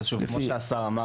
אז לפי מה שהשר אמר,